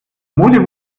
mode